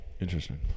interesting